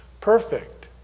perfect